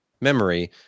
memory